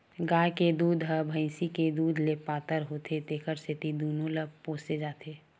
गाय के दूद ह भइसी के दूद ले पातर होथे तेखर सेती दूनो ल पोसे जाथे